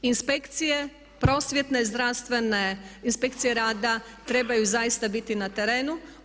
Inspekcije prosvjetne, zdravstvene, inspekcije rada trebaju zaista biti na terenu.